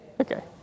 Okay